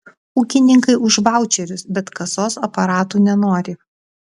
ūkininkai už vaučerius bet kasos aparatų nenori